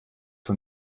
von